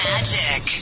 Magic